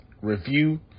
review